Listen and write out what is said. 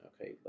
okay